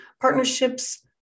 partnerships